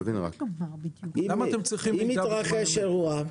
אם מתרחש אירוע?